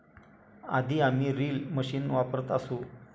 आधी आम्ही reel machine वापरत असू